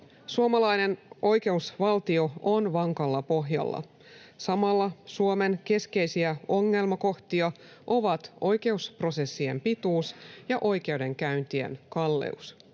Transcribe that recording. Suomalainen oikeusvaltio on vankalla pohjalla. Samalla Suomen keskeisiä ongelmakohtia ovat oikeusprosessien pituus ja oikeudenkäyntien kalleus.